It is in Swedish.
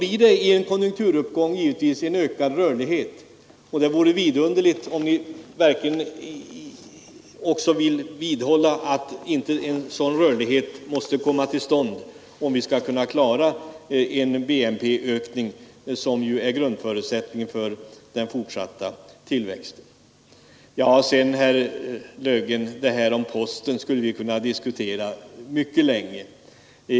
I en konjunkturuppgång blir det då givetvis en ökad rörlighet. Det vore vidunderligt om ni söker vidhålla att en sådan rörlighet inte mäste komma till stånd, om vi skall kunna klara en BNP-ökning, som är beviset för fortsatt ekonomisk Posten skulle herr Löfgren och jag kunna diskutera mycket länge.